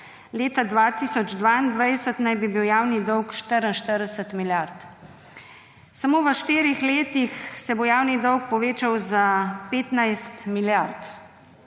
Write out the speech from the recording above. leta 2022 naj bi bil javni dolg 44 milijard. Samo v štirih letih se bo javni dolg povečal za 15 milijard.